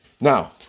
now